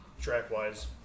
track-wise